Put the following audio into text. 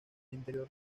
interior